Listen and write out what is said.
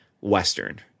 Western